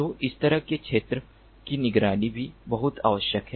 तो इस तरह के क्षेत्र की निगरानी भी बहुत आवश्यक है